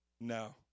no